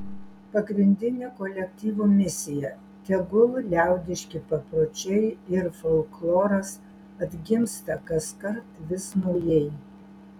pagrindinė kolektyvo misija tegul liaudiški papročiai ir folkloras atgimsta kaskart vis naujai